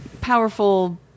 powerful